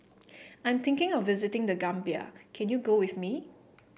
I am thinking of visiting The Gambia can you go with me